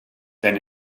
then